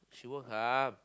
she won't come